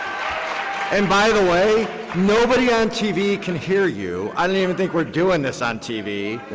and by the way nobody on tv can hear you. i don't even think we are doing this on tv.